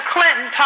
Clinton